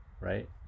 right